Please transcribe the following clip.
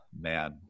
man